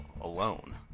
alone